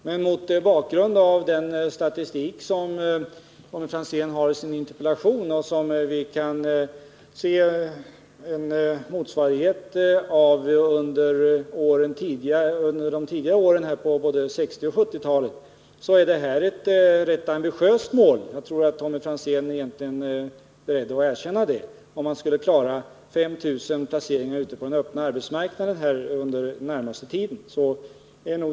Men mot bakgrund av den statistik som Tommy Franzén redovisar i sin interpellation och som vi kan se motsvarigheter till under tidigare år — både på 1960 och 1970-talet — är detta ett rätt ambitiöst mål. Jag tror att Tommy Franzén är beredd att erkänna att det är ganska bra om man klarar 5 000 placeringar på den öppna marknaden under den närmaste tiden.